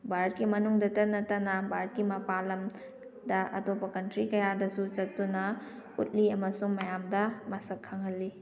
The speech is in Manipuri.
ꯚꯥꯔꯠꯀꯤ ꯃꯅꯨꯡꯗꯇ ꯅꯠꯇꯅ ꯚꯥꯔꯠꯀꯤ ꯃꯄꯥꯟ ꯂꯝꯗ ꯑꯇꯣꯞꯄ ꯀꯟꯇ꯭ꯔꯤ ꯀꯌꯥꯗꯁꯨ ꯆꯠꯇꯨꯅ ꯎꯠꯂꯤ ꯑꯃꯁꯨꯡ ꯃꯌꯥꯝꯗ ꯃꯁꯛ ꯈꯪꯍꯜꯂꯤ